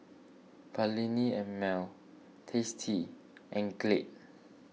Perllini and Mel Tasty and Glade